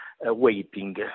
waiting